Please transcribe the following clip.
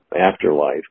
afterlife